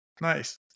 nice